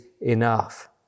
enough